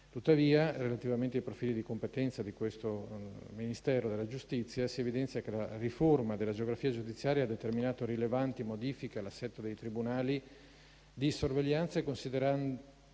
Tuttavia, relativamente ai profili di competenza di questo Ministero della giustizia, si evidenzia che la riforma della geografia giudiziaria ha determinato rilevanti modifiche all'assetto dei tribunali di sorveglianza, considerato